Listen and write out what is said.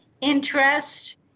interest